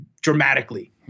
dramatically